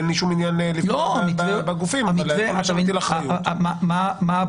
אין לי שום עניין לפגוע בגופים אבל המתווה שמטיל אחריות --- מה הבעיה?